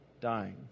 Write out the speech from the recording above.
dying